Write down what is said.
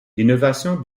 l’innovation